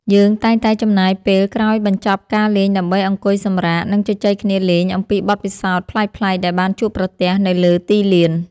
យើងតែងតែចំណាយពេលក្រោយបញ្ចប់ការលេងដើម្បីអង្គុយសម្រាក និងជជែកគ្នាលេងអំពីបទពិសោធន៍ប្លែកៗដែលបានជួបប្រទះនៅលើទីលាន។